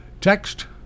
Text